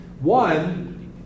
one